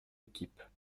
équipe